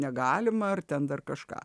negalima ar ten dar kažką